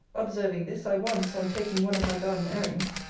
observing this, i once, on taking one of my garden-airings,